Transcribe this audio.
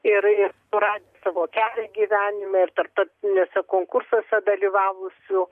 ir ir surado savo kelią gyvenime ir tarptautiniuose konkursuose dalyvavusių